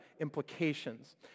implications